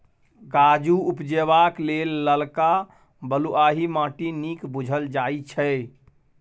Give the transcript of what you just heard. काजु उपजेबाक लेल ललका बलुआही माटि नीक बुझल जाइ छै